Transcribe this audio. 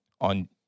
on